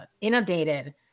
inundated